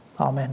Amen